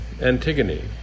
Antigone